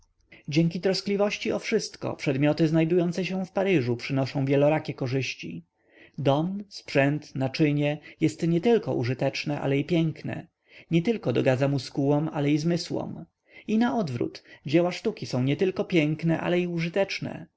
dzięki troskliwości o wszystko przedmioty znajdujące się w paryżu przynoszą wielorakie korzyści dom sprzęt naczynie jest nietylko użyteczne ale i piękne nietylko dogadza muskułom ale i zmysłom i naodwrót dzieła sztuki są nietylko piękne ale i użyteczne